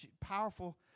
Powerful